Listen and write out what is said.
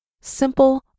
simple